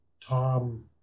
Tom